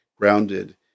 grounded